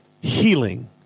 Healing